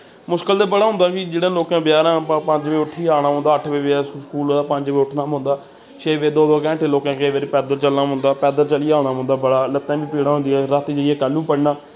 मुश्कल ते बड़ा होंदा कि जेह्ड़े लोकें बचैरें पंज बजे उट्ठियै औना पौंदा अट्ठ बजे बचैरे स्कूल ते पंज बजे उट्ठना पौंदा छे बजे दो दो घैंटे लोकें केई बारी पैदल चलना पौंदा पैदल चलियै औना पौंदा बड़ा लत्तैं बी पीड़ां होंदियां राती जाइयै कैह्लू पढ़ना